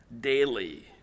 daily